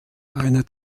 einer